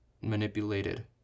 manipulated